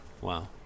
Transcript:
Wow